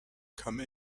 come